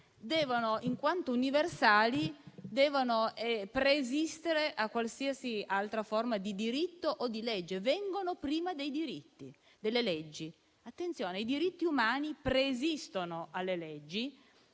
umani, in quanto universali, devono preesistere a qualsiasi altra forma di diritto o di legge e quindi vengono prima delle leggi. Attenzione, i diritti umani preesistono alle leggi